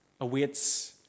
awaits